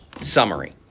summary